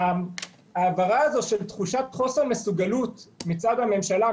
ההעברה הזאת של תחושת חוסר מסוגלות מצד הממשלה,